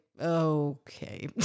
Okay